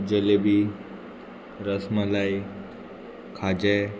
जलेबी रसमलाई खाजें